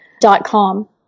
dot-com